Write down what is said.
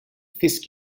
fisk